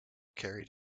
carried